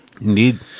Indeed